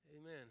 Amen